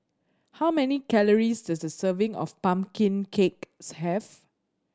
how many calories does a serving of pumpkin cake have